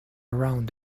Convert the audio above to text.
around